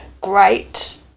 great